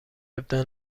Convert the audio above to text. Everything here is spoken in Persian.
ابداع